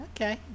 Okay